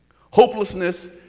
Hopelessness